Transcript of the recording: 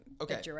Okay